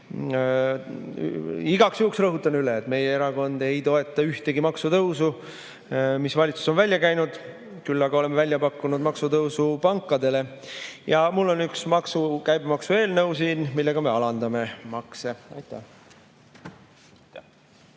Igaks juhuks rõhutan üle, et meie erakond ei toeta ühtegi maksutõusu, mis valitsus on välja käinud, küll aga oleme välja pakkunud maksutõusu pankadele. Ja mul on üks käibemaksueelnõu siin, millega me alandame makse. Aitäh!